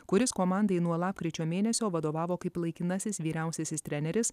kuris komandai nuo lapkričio mėnesio vadovavo kaip laikinasis vyriausiasis treneris